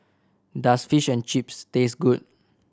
does Fish and Chips taste good